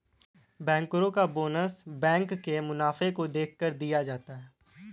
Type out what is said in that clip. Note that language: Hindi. बैंकरो का बोनस बैंक के मुनाफे को देखकर दिया जाता है